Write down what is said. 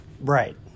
Right